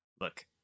Look